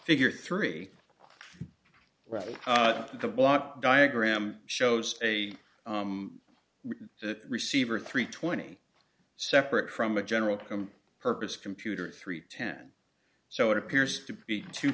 figure three right up the block diagram shows a receiver three twenty separate from a general come purpose computer three ten so it appears to be two